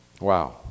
Wow